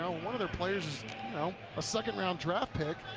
one of their players is you know a second round draft pick